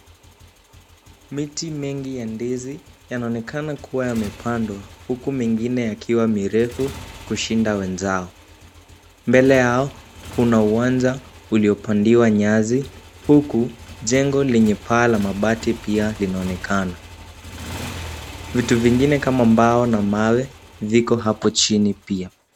Miti mingi ya ndizi yanaonekana kuwa yamepandwa huku mingine yakiwa mirefu kushinda wenzao. Mbele yao kuna uwanja uliopandiwa nyasi huku jengo lenye paa la mabati pia linaonekana. Vitu vingine kama mbao na mawe viko hapo chini pia.